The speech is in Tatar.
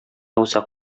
усак